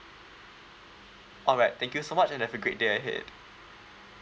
alright thank you so much and have a great day ahead